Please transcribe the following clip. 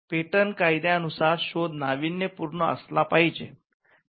patent कायद्यानुसार शोध नाविन्यपूर्ण असला पाहिजे